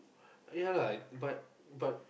ya lah but but